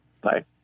Bye